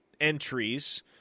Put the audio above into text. entries